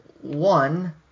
one